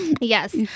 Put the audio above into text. yes